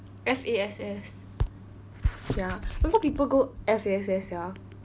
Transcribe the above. F_A_S_S ya got some people go F_A_S_S sia